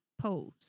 pose